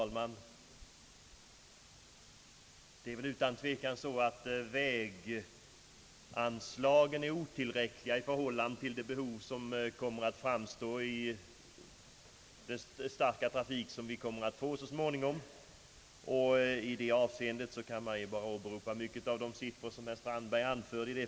Herr talman! Väganslagen är väl utan tvekan otillräckliga i förhållande till behovet på grund av den starka trafik som vi kommer att få så småningom. I det avseendet kan man åberopa många av de siffror som herr Strandberg anförde.